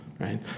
right